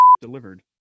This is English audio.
delivered